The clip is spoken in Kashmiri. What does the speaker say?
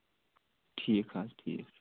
ٹھیٖک حظ ٹھیٖک چھُ